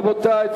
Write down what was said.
רבותי,